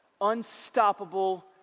unstoppable